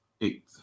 Eight